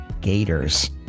gators